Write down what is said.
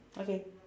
okay